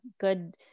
good